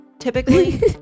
typically